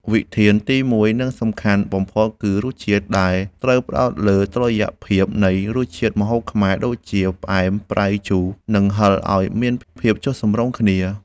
វិធានទីមួយ និងសំខាន់បំផុតគឺ រសជាតិ ដែលត្រូវផ្ដោតលើតុល្យភាពនៃរសជាតិម្ហូបខ្មែរដូចជា ផ្អែម ប្រៃ ជូរ និងហឹរឱ្យមានភាពចុះសម្រុងគ្នា។